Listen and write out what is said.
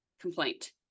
complaint